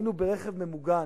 היינו ברכב ממוגן,